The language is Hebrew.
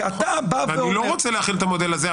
כי אתה בא ואומר --- אני לא רוצה להחיל את המודל הזה,